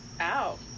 ow